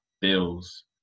bills